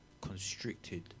constricted